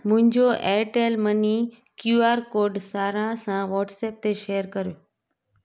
मुंहिंजो Airtel money Q R code सारा सां व्हाट्सएप ते शेयर करियो